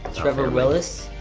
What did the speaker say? trevor willis,